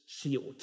sealed